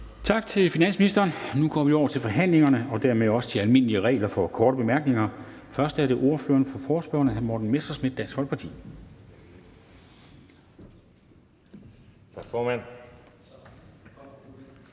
Tak til finansministeren. Nu går vi over til forhandlingerne og dermed også til de almindelige regler for korte bemærkninger. Først er det ordføreren for forespørgerne, hr. Morten Messerschmidt, Dansk Folkeparti. Kl.